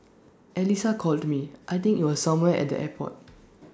Alyssa called me I think IT was somewhere at the airport